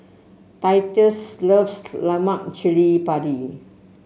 Titus loves Lemak Cili Padi